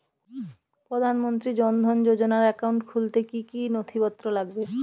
প্রধানমন্ত্রী জন ধন যোজনার একাউন্ট খুলতে কি কি নথিপত্র লাগবে?